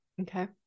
Okay